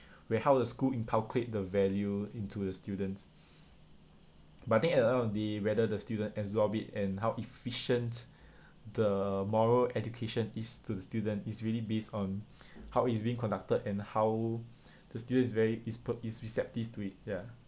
where how the school inculcate the value into the students but I think at the end of the day whether the student absorb it and how efficient the moral education is to the student is really based on how it is being conducted and how the students is very is pe~ is receptive to it ya